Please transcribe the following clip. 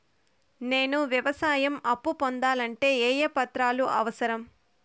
నేను వ్యవసాయం అప్పు పొందాలంటే ఏ ఏ పత్రాలు అవసరం?